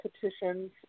petitions